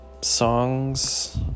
songs